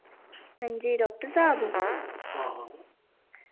हां जी डाक्टर साहब हां हां